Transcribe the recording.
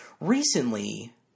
Recently